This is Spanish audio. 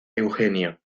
eugenio